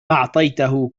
أعطيته